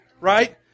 right